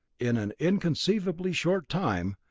in an inconceivably short time,